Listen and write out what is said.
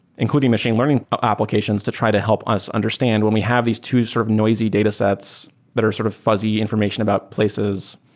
including machine learning applications to try to help us understand when we have these two sort of noisy datasets that are sort of fuzzy information about places,